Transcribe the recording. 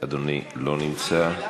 לא נמצא.